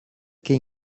que